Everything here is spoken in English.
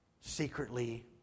secretly